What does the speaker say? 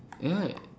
ya right